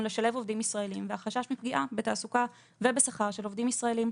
לשלב עובדים ישראלים והחשש מפגיעה בתעסוקה ובשכר של עובדים ישראלים.